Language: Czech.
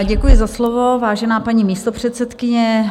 Děkuji za slovo, vážená paní místopředsedkyně.